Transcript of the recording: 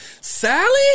Sally